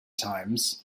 times